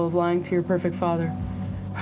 lying to your perfect father.